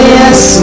yes